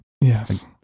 Yes